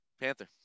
Panther